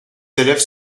élèves